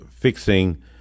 fixing